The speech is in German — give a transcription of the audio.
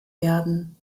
werden